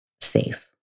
safe